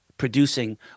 producing